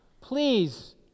Please